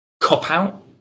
cop-out